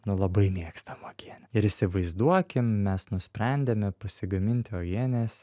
nu labai mėgstam uogienę ir įsivaizduokim mes nusprendėme pasigaminti uogienės